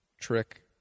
trick